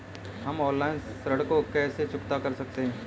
हम ऑनलाइन ऋण को कैसे चुकता कर सकते हैं?